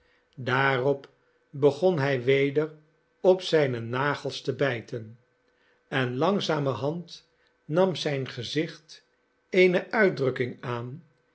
daarop begon hij weder op zijne nagels te bijten en langzamerhand nam zijn gezicht eerie uitdrukking aan